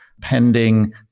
pending